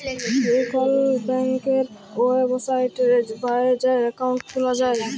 যে কল ব্যাংকের ওয়েবসাইটে যাঁয়ে একাউল্ট খুলা যায়